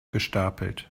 gestapelt